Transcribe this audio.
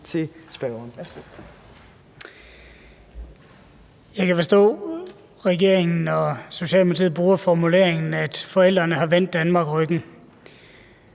formuleringen, at forældrene har vendt Danmark ryggen.